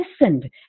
listened